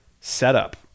setup